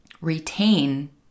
retain